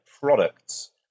products